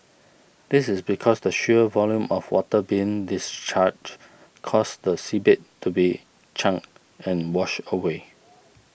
this is because the sheer volume of water being discharged causes the seabed to be churned and washed away